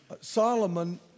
Solomon